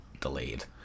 delayed